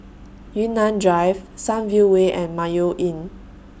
Yunnan Drive Sunview Way and Mayo Inn